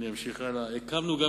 הקמנו גם